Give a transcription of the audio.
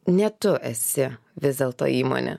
ne tu esi vis dėlto įmonė